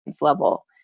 level